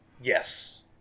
yes